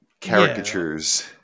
caricatures